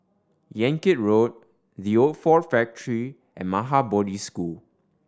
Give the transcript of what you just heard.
Yan Kit Road The Old Ford Factory and Maha Bodhi School